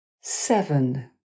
Seven